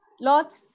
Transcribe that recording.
lots